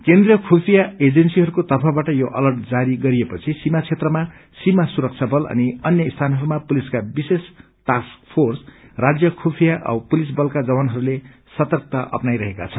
केन्द्रिय खुफिया एजेन्सीहरूको पक्षवाट यो अर्लट जारी गरिएपछि सीमा क्षेत्रमा सीमा सुरक्षा बल अनि अन्य स्थानहरूमा पुलिसका विशेष टास्क फ्रेंस राज्य खुफिया औ पुलिस बलका जवानहरूले सर्तकता अप्नाईरहेका छन्